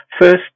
First